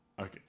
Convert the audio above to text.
okay